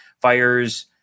fires